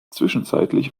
zwischenzeitlich